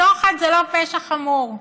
שוחד זה לא פשע חמור.